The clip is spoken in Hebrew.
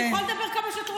את יכולה לדבר כמה שאת רוצה.